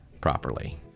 properly